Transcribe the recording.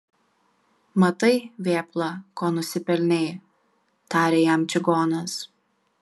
matai vėpla ko nusipelnei tarė jam čigonas